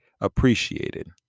appreciated